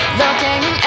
looking